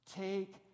Take